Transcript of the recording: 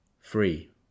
free